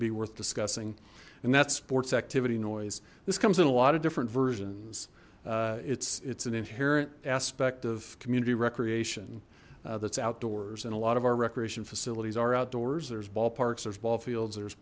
be worth discussing and that's sports activity noise this comes in a lot of different versions it's it's an inherent aspect of community recreation that's outdoors and a lot of our recreation facilities are outdoors there's ballparks there's ball fields there's